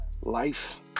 life